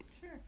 Sure